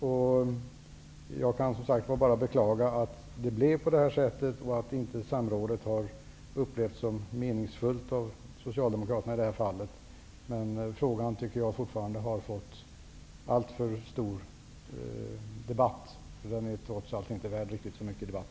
Jag kan bara som sagt beklaga att det blev på det här sättet och att inte samrådet har upplevts som meningsfullt av Socialdemokraterna i det här fallet. Jag tycker fortfarande att det har blivit alltför stor debatt om frågan. Den är trots allt inte värd riktigt så mycket debatt.